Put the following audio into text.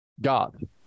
God